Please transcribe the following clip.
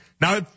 Now